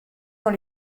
dans